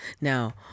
Now